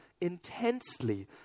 intensely